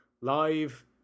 live